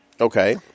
Okay